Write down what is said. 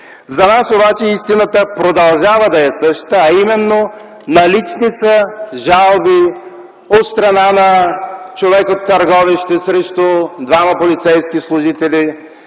За нас обаче истината продължава да е същата, а именно: налични са жалби от страна на човек от Търговище срещу двама полицейски служители,